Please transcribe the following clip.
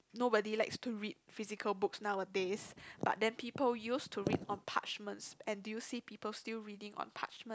nobody likes to read physical books nowadays but then people used to read on parchments and do you see people still reading on parchment